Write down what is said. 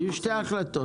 היו שתי החלטות.